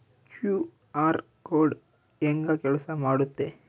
QR code ಹೆಂಗ ಕೆಲಸ ಮಾಡುತ್ತೆ?